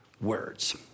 words